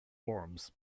worms